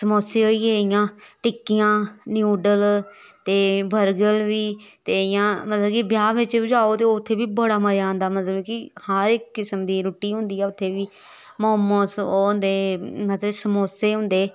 समोसे होई गे इ'यां टिक्कियां न्यूडल ते बर्गल बी ते इ'यां मतलब कि ब्याह् बिच्च बी जाओ ते उत्थै बी बड़ा मज़ा आंदा मतलब कि हर इक किसम दी रुट्टी होंदी ऐ उत्थै बी मोमोस ओह् होंदे मते समोसे होंदे